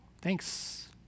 Thanks